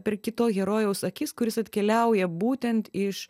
per kito herojaus akis kuris atkeliauja būtent iš